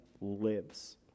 lives